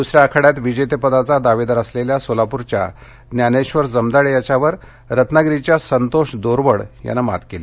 दुसऱ्या आखाड्यात विजेतेपदाचा दावेदार असलेल्या सोलापूरच्या ज्ञानेश्वर जमदाडे याच्यावर रत्नागिरीच्या संतोष दोरवडन मात केली